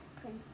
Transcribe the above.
Prince